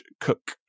cook